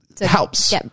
helps